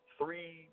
three